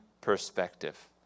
perspective